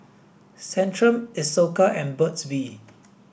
Centrum Isocal and Burt's bee